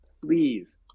please